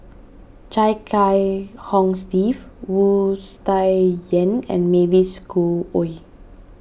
Chia Kiah Hong Steve Wu Tsai Yen and Mavis Khoo Oei